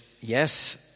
yes